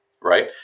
right